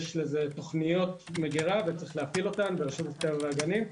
יש לזה תוכניות מגירה וצריך להפעיל אותן ברשות הטבע והגנים,